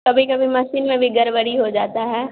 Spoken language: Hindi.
कभी कभी मसीन में भी गड़बड़ी हो जाता है